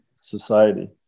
society